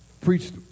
preached